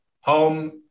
Home